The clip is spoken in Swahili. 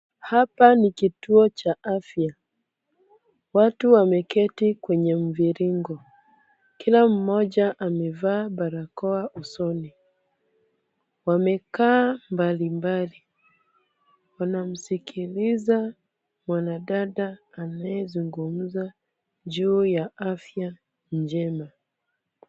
Hapa ni kituo cha afya. Watu wameketi kwenye mviringo. Kila mmoja amevaa barakoa usoni. Wamekaa mbalimbali. Wanamsikiliza mwanadada anayezungumza juu ya afya njema.